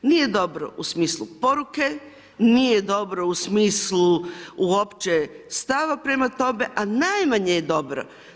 Nije dobro u smislu poruke, nije dobro u smislu uopće stava prema tome, a najmanje je dobro.